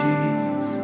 Jesus